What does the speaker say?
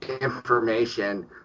information